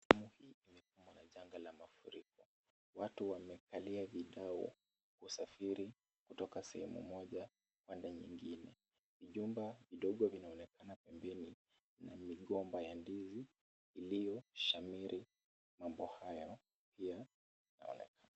Sehemu hii imekumbwa na janga la mafuriko. Watu wamevalia vidawa kutoka sehemu moja, hadi nyingine. Jumba ndogo linaonekana pembeni na migomba ya ndizi iliyoshamiri na mambo haya.